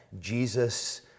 Jesus